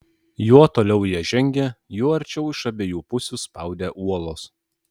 juo toliau jie žengė juo arčiau iš abiejų pusių spaudė uolos